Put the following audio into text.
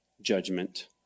judgment